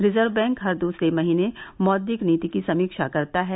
reserve bank हर दूसरे महीने मौद्रिक नीति की समीक्षा करता है